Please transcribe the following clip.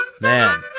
Man